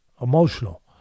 emotional